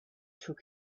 took